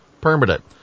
permanent